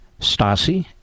Stasi